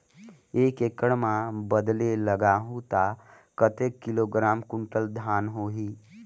एक एकड़ मां बदले लगाहु ता कतेक किलोग्राम कुंटल धान होही?